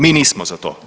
Mi nismo za to.